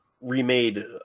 remade